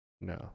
No